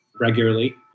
regularly